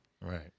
Right